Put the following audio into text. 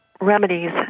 remedies